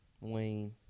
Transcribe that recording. Wayne